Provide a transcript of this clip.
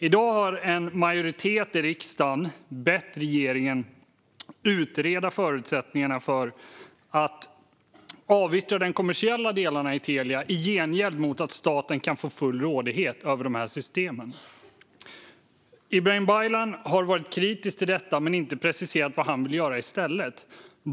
I dag har en majoritet i riksdagen bett regeringen att utreda förutsättningarna för att avyttra de kommersiella delarna i Telia. I gengäld kan staten få full rådighet över dessa system. Ibrahim Baylan har varit kritisk till detta men inte preciserat vad han vill göra i stället.